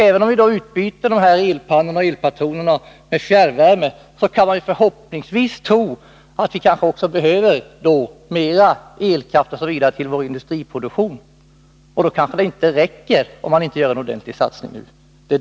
Även om vi byter ut elpannor och elpatroner mot fjärrvärme kan man förhoppningsvis tro att vi också behöver mer elkraft då till vår industriproduktion. Och då räcker kanske inte elen, om vi inte gör en ordentlig satsning nu.